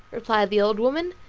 replied the old woman,